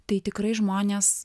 tai tikrai žmonės